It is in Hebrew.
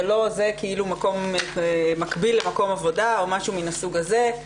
כאילו מקום מקביל למקום עבודה או משהו מן הסוג הזה,